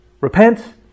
repent